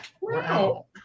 Wow